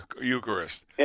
Eucharist